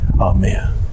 Amen